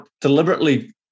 deliberately